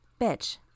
Bitch